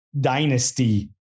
dynasty